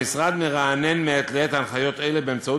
המשרד מרענן מעת לעת הנחיות אלה באמצעות